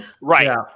Right